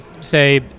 say